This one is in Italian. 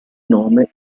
nome